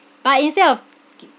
but instead of